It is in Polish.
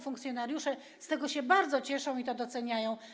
Funkcjonariusze z tego się bardzo cieszą i to doceniają.